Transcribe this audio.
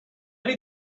need